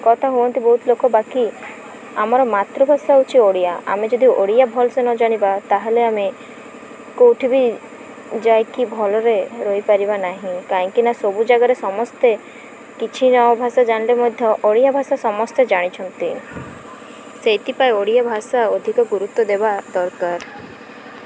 କଥା ହୁଅନ୍ତି ବହୁତ ଲୋକ ବାକି ଆମର ମାତୃଭାଷା ହେଉଛି ଓଡ଼ିଆ ଆମେ ଯଦି ଓଡ଼ିଆ ଭଲସେ ନ ଜାଣିବା ତାହେଲେ ଆମେ କେଉଁଠି ବି ଯାଇକି ଭଲରେ ରହିପାରିବା ନାହିଁ କାହିଁକିନା ସବୁ ଜାଗାରେ ସମସ୍ତେ କିଛି ନ ଭାଷା ଜାଣିଲେ ମଧ୍ୟ ଓଡ଼ିଆ ଭାଷା ସମସ୍ତେ ଜାଣିଛନ୍ତି ସେଇଥିପାଇଁ ଓଡ଼ିଆ ଭାଷା ଅଧିକ ଗୁରୁତ୍ୱ ଦେବା ଦରକାର